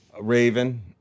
Raven